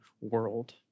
world